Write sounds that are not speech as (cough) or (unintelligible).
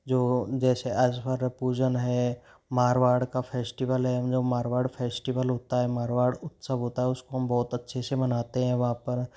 जो जैसे आज (unintelligible) पूजन है मारवाड़ का फेस्टिवल है हम जब मारवाड़ फेस्टिवल होता है मारवाड़ उत्सव होता है उसको हम बहुत अच्छे से मनाते हैं वहाँ पर